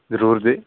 ਜ਼ਰੂਰ ਜੀ